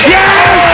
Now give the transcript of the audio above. Yes